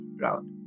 round